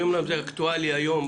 אומנם זה אקטואלי היום,